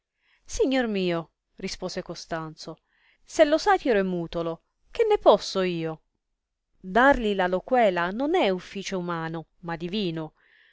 signor mio rispose costanzo se lo satiro è mutolo che ne posso io darli la loquela non è ufficio umano ma divino